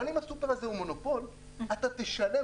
אבל אם הסופר הזה הוא מונופול אתה תשלם